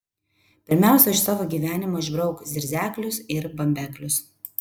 pirmiausia iš savo gyvenimo išbrauk zirzeklius ir bambeklius